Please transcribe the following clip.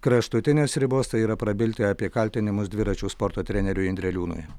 kraštutinės ribos tai yra prabilti apie kaltinimus dviračių sporto treneriui indreliūnui